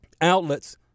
outlets